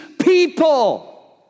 people